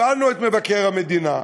הפעלנו את מבקר המדינה,